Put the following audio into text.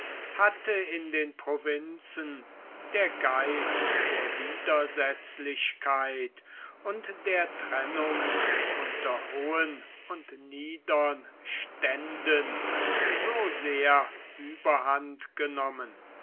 hatte in den provinzen der geist der widersetzlichkeit und der trennung unter hohen und niedern ständen so sehr überhand genommen